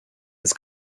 was